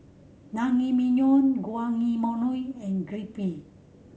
Naengmyeon Guacamole and Crepe